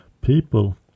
people